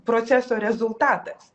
proceso rezultatas